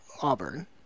Auburn